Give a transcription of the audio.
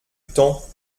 temps